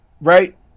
right